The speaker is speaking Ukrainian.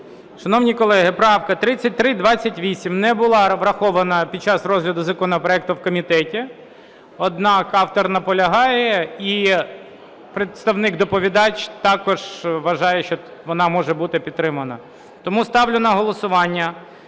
Шановні колеги! Правка 3328 не була врахована під час розгляду законопроекту в комітеті, однак автор наполягає і представник доповідач також вважає, що вона може бути підтримана. Тому ставлю на голосування